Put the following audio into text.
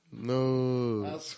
No